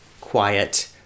quiet